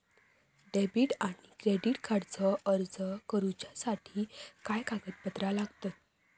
Debit आणि credit कार्डचो अर्ज करुच्यासाठी काय कागदपत्र लागतत?